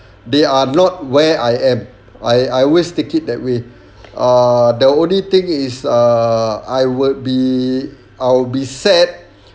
they are not where I am I I always take it that way ah the only thing is err I would be I will be sad